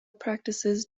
practices